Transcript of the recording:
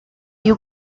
you